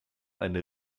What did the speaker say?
eine